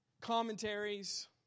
commentaries